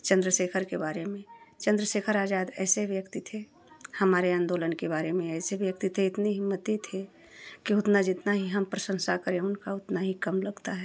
चंद्रशेखर के बारे में चंद्रशेखर आजाद ऐसे व्यक्ति थे हमारे आंदोलन के बारे में ऐसे व्यक्ति थे इतने हिम्मती थे कि उतना जितना ही हम प्रशंसा करें उनका उतना ही कम लगता है